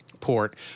port